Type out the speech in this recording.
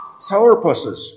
sourpusses